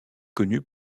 connu